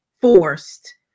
forced